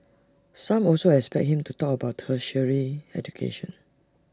some also expect him to talk about tertiary education